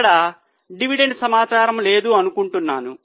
ఇక్కడ డివిడెండ్ సమాచారం లేదు అనుకుంటున్నాను